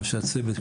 אנשי הצוות,